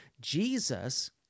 Jesus